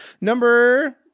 Number